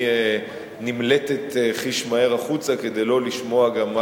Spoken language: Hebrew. היא נמלטת חיש מהר החוצה כדי לא לשמוע גם מה